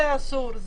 זה אסור,